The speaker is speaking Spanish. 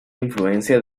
influencia